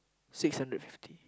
six hundred fifty